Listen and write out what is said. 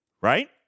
right